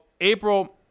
April